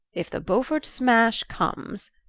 if the beaufort smash comes,